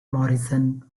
morrison